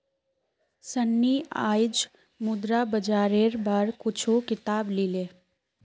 सन्नी आईज मुद्रा बाजारेर बार कुछू किताब ली ले